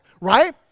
right